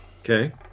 Okay